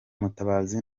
mutabazi